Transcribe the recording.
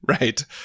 right